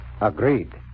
Agreed